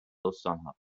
استانها